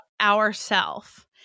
Ourself